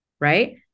right